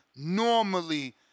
Normally